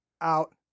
out